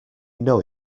know